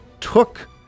took